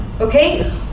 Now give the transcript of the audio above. okay